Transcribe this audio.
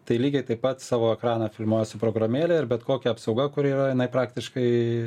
tai lygiai taip pat savo ekraną filmuoji su programėle ir bet kokia apsauga kuri yra jinai praktiškai